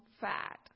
fat